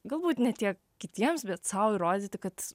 galbūt ne tiek kitiems bet sau įrodyti kad